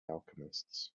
alchemists